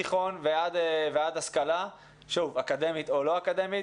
מתיכון ועד השכלה, שוב, אקדמית או לא אקדמית.